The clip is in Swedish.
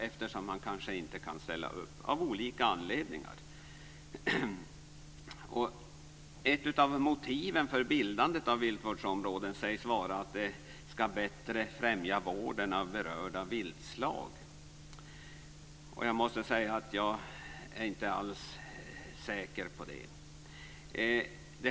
Ett av motiven för bildande av viltvårdsområden sägs vara att de bättre ska främja vården av berörda viltslag. Jag är inte alls säker på det.